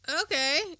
Okay